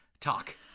talk